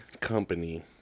Company